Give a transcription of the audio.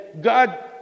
God